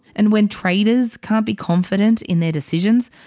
and when traders can't be confident in their decisions,